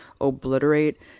obliterate